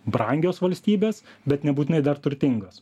brangios valstybės bet nebūtinai dar turtingos